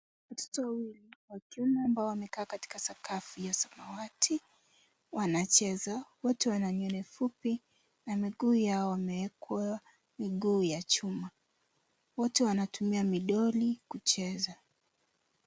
Watoto wawili wa kiume ambao wamekaa katika sakafu ya samawati wanacheza. Wote wana nywele fupi na miguu yao wamewekwa miguu ya chuma. Wote wanatumia midoli kucheza.